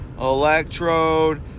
Electrode